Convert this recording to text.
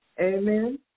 Amen